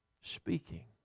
speaking